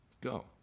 Go